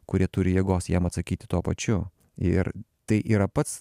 kurie turi jėgos jam atsakyti tuo pačiu ir tai yra pats